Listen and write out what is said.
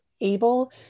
able